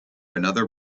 another